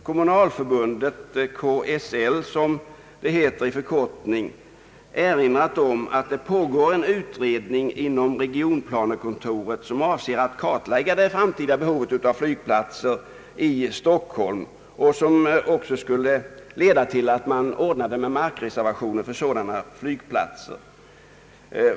Kommunalförbundet — KSL — har erinrat om att det pågår en utredning på regionplanekontoret, som avser att kartlägga det framtida behovet av flygplatser i Stockholm och som också skulle leda till att man reserverade mark för sådana flygplatser.